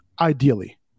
ideally